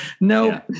no